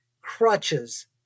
crutches